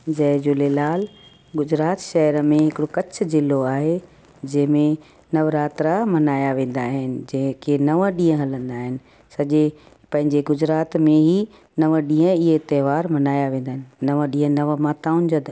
जय झूलेलाल गुजरात शहर में हिकिड़ो कच्छ ज़िलो आहे जंहिंमें नवरात्रा मल्हाया वेंदा आहिनि जेके नव ॾींहं हलंदा आहिनि सॼे पंहिंजे गुजरात में ई नव ॾींहं इहे त्योहार मल्हाया वेंदा आहिनि नव ॾींहं नव माताउनि जा त